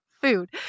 Food